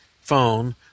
phone